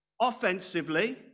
Offensively